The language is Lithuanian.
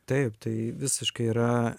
taip tai visiškai yra